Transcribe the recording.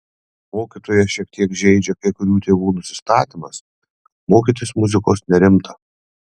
mokytoją šiek tiek žeidžia kai kurių tėvų nusistatymas kad mokytis muzikos nerimta